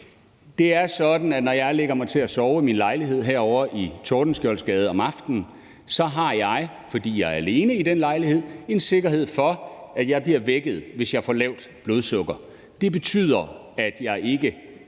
Det er sådan, at når jeg lægger mig til at sove i min lejlighed ovre i Tordenskjoldsgade om aftenen, har jeg, fordi jeg er alene i den lejlighed, en sikkerhed for, at jeg bliver vækket, hvis jeg får lavt blodsukker. Det betyder, at jeg ikke